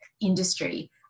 industry